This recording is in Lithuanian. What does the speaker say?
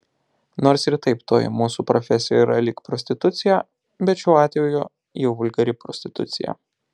nors ir taip toji mūsų profesija yra lyg prostitucija bet šiuo atveju jau vulgari prostitucija